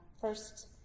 first